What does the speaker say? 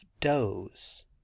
doze